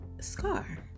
scar